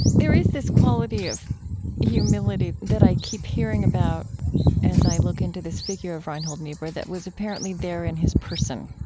there is this quality of humility that i keep hearing about as i look into this figure of reinhold niebuhr that was apparently there in his person,